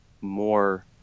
more